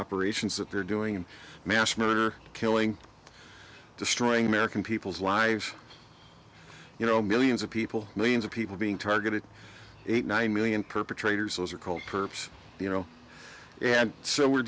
operations that they're doing in mass murder killing destroying american people's lives you know millions of people millions of people being targeted eight nine million perpetrators those are called perps you know and so we're